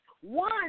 One